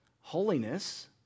holiness